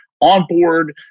onboard